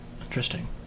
Interesting